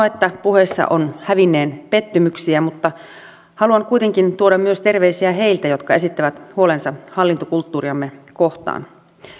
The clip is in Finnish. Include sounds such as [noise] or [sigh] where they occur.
[unintelligible] että puheissa on hävinneen pettymyksiä mutta haluan kuitenkin tuoda myös terveisiä heiltä jotka esittävät huolensa hallintokulttuuriamme kohtaan